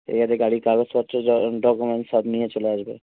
ঠিক আছে গাড়ির কাগজপত্র যা ডকুমেন্ট সব নিয়ে চলে আসবে